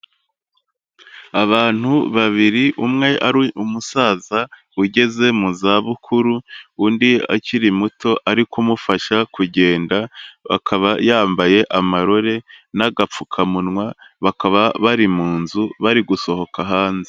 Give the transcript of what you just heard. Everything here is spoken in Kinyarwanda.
Abantu babiri umwe ari umusaza ugeze mu za bukuru, undi akiri muto ari kumufasha kugenda, akaba yambaye amarore n'agapfukamunwa, bakaba bari mu nzu bari gusohoka hanze.